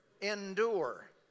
Endure